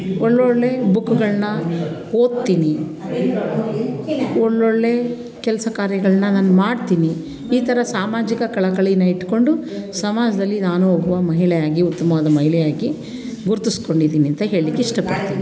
ಒಳ್ಳೊಳ್ಳೆ ಬುಕ್ಕುಗಳನ್ನ ಓದ್ತೀನಿ ಒಳ್ಳೊಳ್ಳೆ ಕೆಲಸ ಕಾರ್ಯಗಳನ್ನ ನಾನು ಮಾಡ್ತೀನಿ ಈ ಥರ ಸಾಮಾಜಿಕ ಕಳಕಳಿಯನ್ನು ಇಟ್ಕೊಂಡು ಸಮಾಜದಲ್ಲಿ ನಾನು ಒಬ್ಬ ಮಹಿಳೆಯಾಗಿ ಉತ್ತಮವಾದ ಮಹಿಳೆಯಾಗಿ ಗುರುತಿಸ್ಕೊಂಡಿದ್ದೀನಿ ಅಂತ ಹೇಳಲಿಕ್ಕೆ ಇಷ್ಟಪಡ್ತೀನಿ